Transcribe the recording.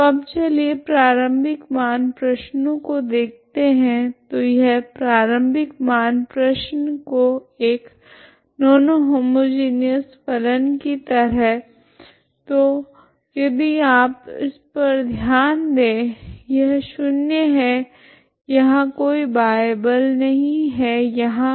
तो अब चलिए प्रारम्भिक मान प्रश्नो को देखते है तो यह प्रारम्भिक मान प्रश्न को एक नॉन होमोजिनिऔस फलन की तरह तो यदि आप इस पर ध्यान दे यह शून्य है यहाँ कोई बाह्य बल नहीं है यहाँ